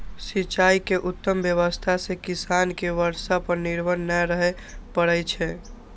सिंचाइ के उत्तम व्यवस्था सं किसान कें बर्षा पर निर्भर नै रहय पड़ै छै